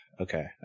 Okay